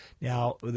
Now